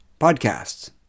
podcasts